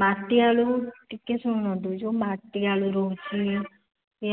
ମାଟିଆଳୁ ଟିକେ ଶୁଣନ୍ତୁ ଯେଉଁ ମାଟିଆଳୁ ରହୁଛି